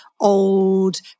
old